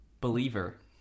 Believer